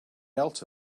else